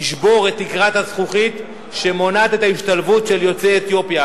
תשבור את תקרת הזכוכית שמונעת את ההשתלבות של יוצאי אתיופיה.